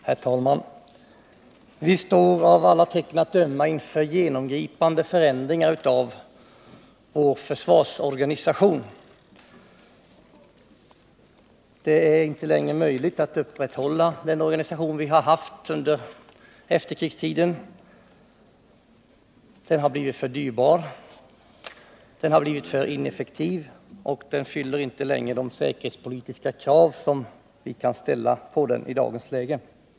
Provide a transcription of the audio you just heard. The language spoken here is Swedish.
Herr talman! Av alla tecken att döma står vi inför genomgripande förändringar av vår försvarsorganisation. Det är inte längre möjligt att upprätthålla den organisation som vi har haft under efterkrigstiden. Den har blivit alltför dyrbar, den har blivit alltför ineffektiv och den fyller inte längre de säkerhetspolitiska krav som vi kan ställa på försvarsorganisationen i dagens läge.